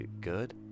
good